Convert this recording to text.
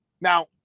Now